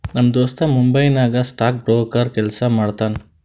ನಮ್ ದೋಸ್ತ ಮುಂಬೈ ನಾಗ್ ಸ್ಟಾಕ್ ಬ್ರೋಕರ್ ಕೆಲ್ಸಾ ಮಾಡ್ತಾನ